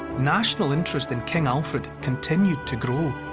national interest in king alfred continued to grow.